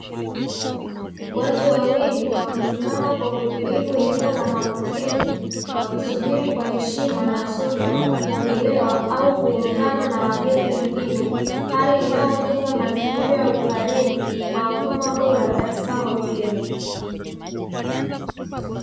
Watu wawili wamesimama kwa utulivu eneo la mapokezi wakisubiri kwa heshima na subira kupokelewa au kuungana na wageni wengine, hali inayojenga mazingira ya ukarimu na huduma bora katika hoteli.